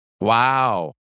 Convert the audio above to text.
Wow